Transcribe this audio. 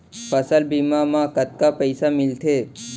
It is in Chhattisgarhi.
फसल बीमा म कतका पइसा मिलथे?